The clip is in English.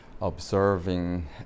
observing